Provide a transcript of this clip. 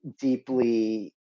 deeply